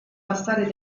passare